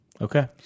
Okay